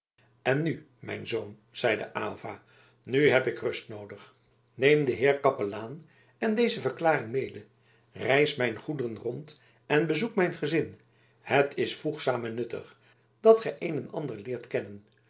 en nu mijn zoon zeide aylva nu heb ik rust noodig neem den heer kapelaan en deze verklaring mede reis mijn goederen rond en bezoek mijn gezin het is voegzaam en nuttig dat gij een en ander leert kennen